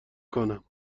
کنم